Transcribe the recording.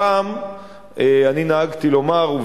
פעם נהגתי לומר,